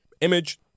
image